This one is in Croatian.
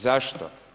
Zašto?